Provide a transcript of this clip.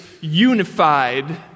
unified